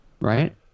right